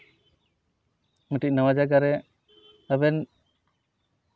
ᱢᱤᱫᱴᱮᱱ ᱱᱟᱣᱟ ᱡᱟᱭᱜᱟᱨᱮ ᱟᱵᱮᱱ